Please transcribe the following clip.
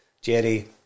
Jerry